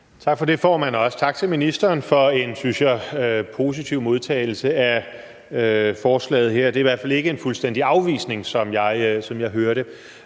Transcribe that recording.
Tak for det, formand, og også tak til ministeren for en, synes jeg, positiv modtagelse af forslaget her. Det er i hvert fald ikke en fuldstændig afvisning, som jeg hører